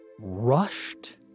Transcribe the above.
rushed